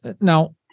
Now